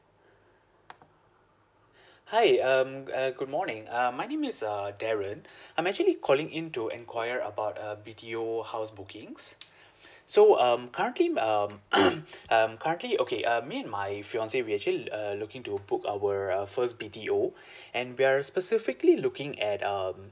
hi um uh good morning uh my name is err darren I'm actually calling in to enquire about uh B_T_O house bookings so um currently um um currently okay um me and my fiancee we actually err looking to book our uh first B_T_O and we're specifically looking at um